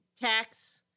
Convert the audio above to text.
tax